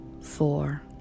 Four